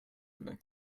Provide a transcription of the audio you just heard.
evening